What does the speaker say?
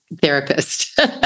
therapist